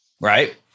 Right